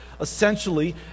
essentially